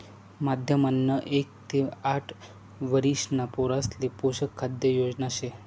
माध्यम अन्न एक ते आठ वरिषणा पोरासले पोषक खाद्य योजना शे